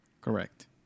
Correct